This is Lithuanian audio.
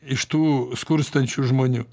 iš tų skurstančių žmonių